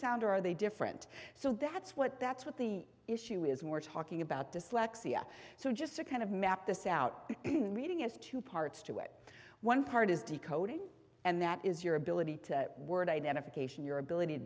sound or are they different so that's what that's what the issue is we're talking about dyslexia so just to kind of map this out reading as two parts to it one part is decoding and that is your ability to word identification your ability to